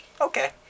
Okay